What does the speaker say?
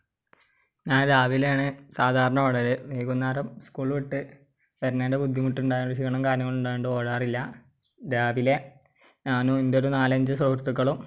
ഞാൻ രാവിലെ ആണ് സാധാരണ ഓടല് വൈകുന്നേരം സ്കൂള് വിട്ട് വരുന്നേയ്ൻ്റെ ബുദ്ധിമുട്ട് ഉണ്ടായതുകൊണ്ട് ക്ഷീണം കാരണങ്ങളുണ്ടായത് കൊണ്ട് ഓടാറില്ല രാവിലെ ഞാനും എൻ്റെയൊരു നാലഞ്ച് സുഹൃത്തുക്കളും